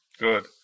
Good